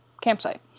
campsite